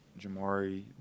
Jamari